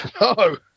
No